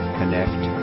connect